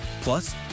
Plus